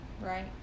right